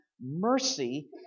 mercy